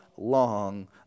long